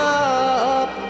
up